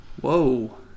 whoa